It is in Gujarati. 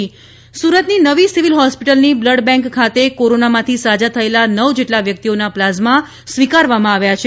સુરત કોરોના સુરતની નવી સિવિલ હોસ્પિટલની બ્લડ બેંક ખાતે કોરોનામાંથી સાજા થયેલા નવ જેટલા વ્યકિતઓના પ્લાઝમા સ્વીકારવામાં આવ્યા છે